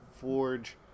Forge